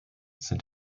sind